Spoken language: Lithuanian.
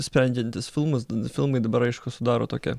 sprendžiantis filmas filmai dabar aišku sudaro tokią